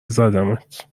زدمت